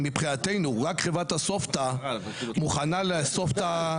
מבחינתנו רק חברת אסופתא מוכנה לאסוף.